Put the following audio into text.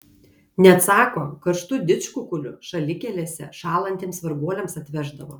net sako karštų didžkukulių šalikelėse šąlantiems varguoliams atveždavo